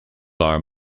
are